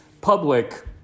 public